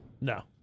No